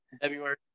February